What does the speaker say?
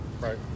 Right